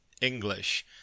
English